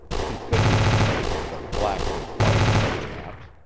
she could be convinced that black was white, perhaps,